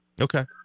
Okay